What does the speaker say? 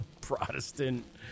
Protestant